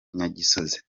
nyagisozi